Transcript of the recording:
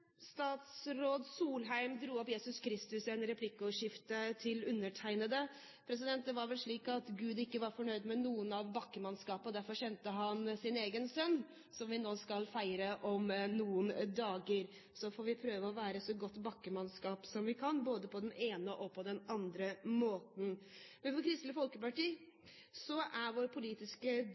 Statsråd Solheim tok opp Jesus Kristus i svaret på replikken fra undertegnede. Det var vel slik at Gud ikke var fornøyd med bakkemannskapet og derfor sendte han sin egen sønn, som vi nå skal feire om noen dager. Så får vi prøve å være så godt bakkmannskap som vi kan både på den ene og den andre måten. For Kristelig Folkeparti er den politiske